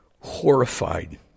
Horrified